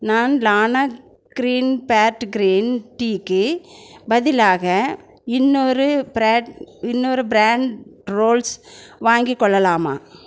நான் லானா green bird green டீக்கு பதிலாக இன்னொரு ப்ராட் இன்னொரு ப்ராண்ட் ரோல்ஸ் வாங்கிக் கொள்ளலாமா